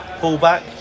full-back